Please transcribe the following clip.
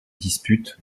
dispute